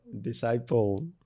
disciple